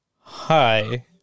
hi